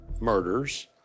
murders